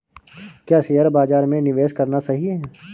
क्या शेयर बाज़ार में निवेश करना सही है?